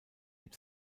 mit